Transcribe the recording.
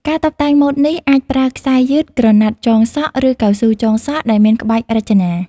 ការតុបតែងម៉ូតនេះ អាចប្រើខ្សែយឺត ក្រណាត់ចងសក់ ឬកៅស៊ូចងសក់ដែលមានក្បាច់រចនា។